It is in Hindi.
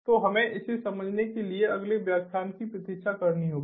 तो हमें इसे समझने के लिए अगले व्याख्यान की प्रतीक्षा करनी होगी